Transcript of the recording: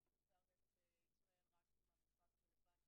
לצערנו בישראל לא מספיק שיהיה משא ומתן רק עם המשרד הרלוונטי,